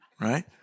Right